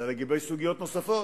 אלא לגבי סוגיות נוספות.